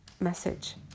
message